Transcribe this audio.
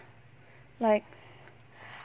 like